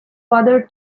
father